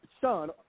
son